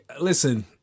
Listen